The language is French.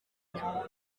mien